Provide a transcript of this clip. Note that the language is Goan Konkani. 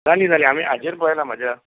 ना न्हय जाल्यार हाजेर पयला म्हज्या